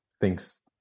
thinks